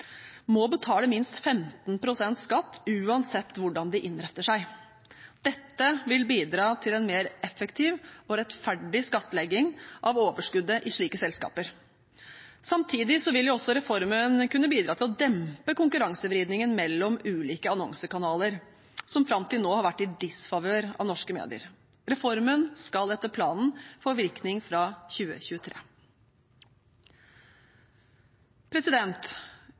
må betale minst 15 pst. skatt, uansett hvordan de innretter seg. Dette vil bidra til en mer effektiv og rettferdig skattlegging av overskuddet i slike selskaper. Samtidig vil reformen også kunne bidra til å dempe konkurransevridningen mellom ulike annonsekanaler, som fram til nå har vært i disfavør av norske medier. Reformen skal etter planen få virkning fra